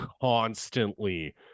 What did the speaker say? constantly